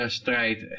strijd